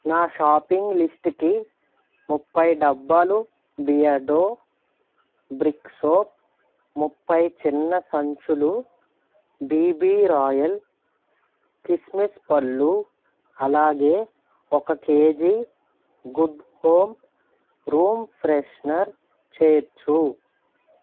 నా షాపింగ్ లిస్ట్కి ముప్పై డబ్బాలు బియర్డో బ్రిక్ సోప్ ముప్పై చిన్న సంచులు బీబీ రాయల్ కిస్మిస్ పళ్ళు అలాగే ఒక KG Good Home room freshener చేర్చు